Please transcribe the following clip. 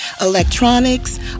electronics